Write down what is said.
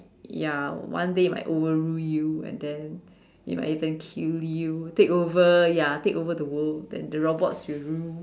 ya one day might overrule you and then it might then kill you take over ya take over the world and the robots will rule